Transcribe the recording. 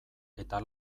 eta